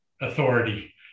authority